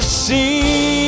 see